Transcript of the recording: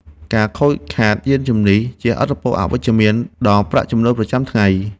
ការខូចខាតយានជំនិះជះឥទ្ធិពលអវិជ្ជមានដល់ប្រាក់ចំណូលប្រចាំថ្ងៃ។